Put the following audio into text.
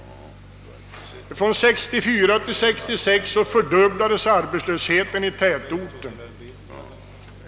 Från 1964 till 1966 fördubblades arbetslösheten i tätorten.